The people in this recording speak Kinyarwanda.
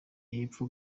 hepfo